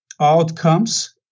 outcomes